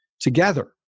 together